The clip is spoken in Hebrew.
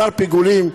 בשר פיגולים?